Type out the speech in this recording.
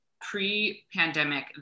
pre-pandemic